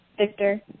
Victor